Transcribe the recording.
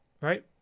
right